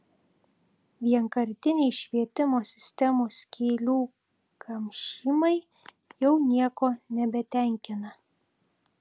vienkartiniai švietimo sistemos skylių kamšymai jau nieko nebetenkina